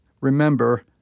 remember